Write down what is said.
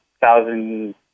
thousand